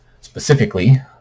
Specifically